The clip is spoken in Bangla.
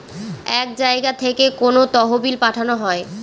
এক জায়গা থেকে কোনো তহবিল পাঠানো হয়